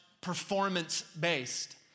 performance-based